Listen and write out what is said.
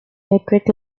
electric